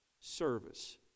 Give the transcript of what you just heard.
service